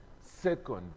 second